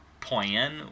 plan